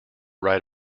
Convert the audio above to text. right